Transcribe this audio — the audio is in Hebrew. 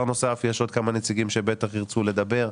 יש עוד כמה נציגים שבטח ירצו לדבר.